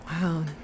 Wow